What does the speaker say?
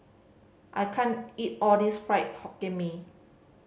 I can't eat all this Fried Hokkien Mee